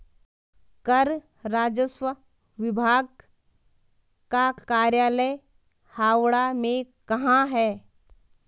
कर राजस्व विभाग का कार्यालय हावड़ा में कहाँ है?